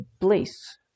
place